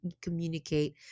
communicate